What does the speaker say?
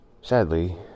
Sadly